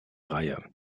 reihe